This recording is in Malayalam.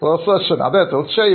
പ്രൊഫസർ അശ്വിൻഅതെ തീർച്ചയായും